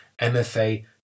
MFA